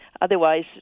otherwise